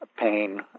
pain